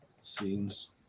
Scenes